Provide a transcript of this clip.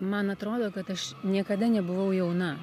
man atrodo kad aš niekada nebuvau jauna